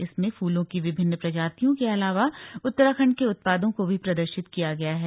इसमें फूलों की विभिन्न प्रजातियों के अलावा उत्तराखंड के उत्पादों को भी प्रदर्शित किया गया है